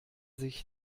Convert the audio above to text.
sich